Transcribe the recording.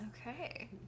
Okay